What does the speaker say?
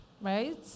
right